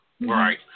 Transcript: Right